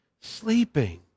sleeping